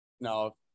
no